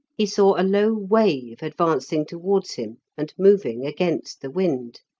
he saw a low wave advancing towards him, and moving against the wind.